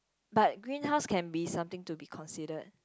but greenhouse can be something to be considered